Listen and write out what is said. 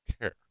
care